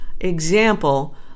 example